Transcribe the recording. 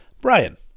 Brian